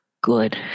Good